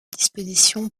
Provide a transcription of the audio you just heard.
disposition